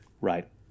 Right